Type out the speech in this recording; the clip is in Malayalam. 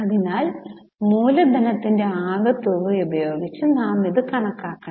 അതിനാൽ മൂലധനത്തിന്റെ ആകെ തുക ഉപയോഗിച്ച് നാം അത് കണക്കാക്കണം